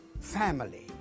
family